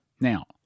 Now